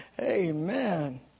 amen